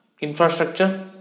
infrastructure